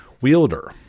wielder